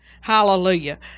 Hallelujah